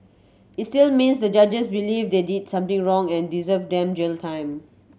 it still means the judges believe they did something wrong and deserve them jail time